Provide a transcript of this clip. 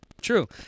true